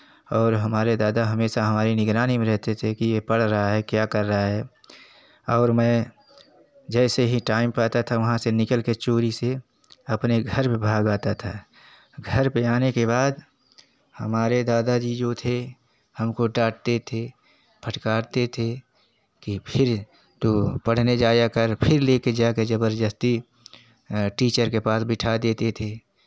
और हमारे दादा हमेशा हमारी निगरानी में रहते थे कि ये पड़ रहा है क्या कर रहा है और मैं जैसे ही टाइम रहता था वहाँ से निकलकर चोरी से अपने घर में भाग आता था घर पर आने के बाद हमारे दादाजी जो थे हमको डांटते थे फटकारते थे की फिर तू पढ़ने जाया कर फिर लेके जाकर जबरदस्ती टीचर के पास बिठा देते थे